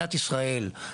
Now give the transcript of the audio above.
במדינת ישראל,